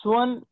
one